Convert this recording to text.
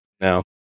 now